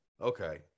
Okay